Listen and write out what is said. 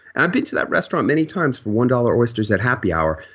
i've been to that restaurant many times for one dollar oysters at happy hour.